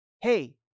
Hey